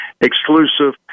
exclusive